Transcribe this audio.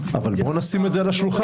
אבל בואו נשים את זה על השולחן.